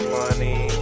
money